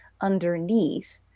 underneath